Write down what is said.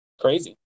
Crazy